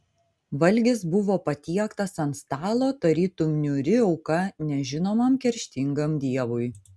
valgis buvo patiektas ant stalo tarytum niūri auka nežinomam kerštingam dievui